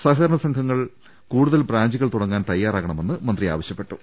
സഹക രണ സംഘങ്ങൾ കൂടുതൽ ബ്രാഞ്ചുകൾ തുടങ്ങാൻ തയാറാവണമെന്ന് മന്ത്രി ആവശ്യപ്പെട്ടു